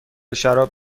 شراب